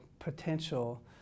potential